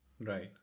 Right